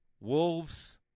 Wolves